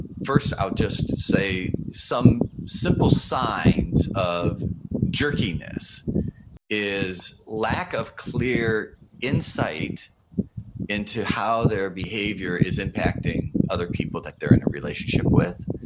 first i'll just say some simple signs of jerkiness is lack of clear insight into how their behavior is impacting other people that they're in a relationship with.